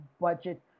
budget